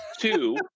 Two